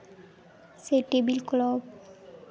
ᱥᱮ table clock